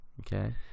okay